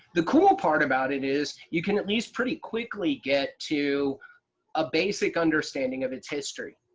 the cool part about it is you can at least pretty quickly get to a basic understanding of its history.